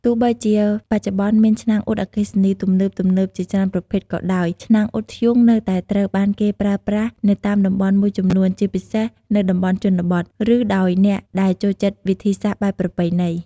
ទោះបីជាបច្ចុប្បន្នមានឆ្នាំងអ៊ុតអគ្គិសនីទំនើបៗជាច្រើនប្រភេទក៏ដោយ ឆ្នាំងអ៊ុតធ្យូងនៅតែត្រូវបានគេប្រើប្រាស់នៅតាមតំបន់មួយចំនួន ជាពិសេសនៅតំបន់ជនបទ ឬដោយអ្នកដែលចូលចិត្តវិធីសាស្ត្របែបប្រពៃណី។